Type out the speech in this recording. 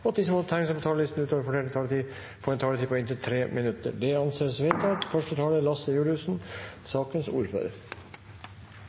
og at de som måtte tegne seg på talerlisten utover den fordelte taletid, får en taletid på inntil 3 minutter. – Det anses vedtatt. Dette er